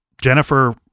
Jennifer